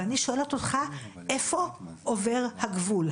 ואני שואלת אותך איפה עובר הגבול.